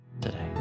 today